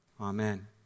Amen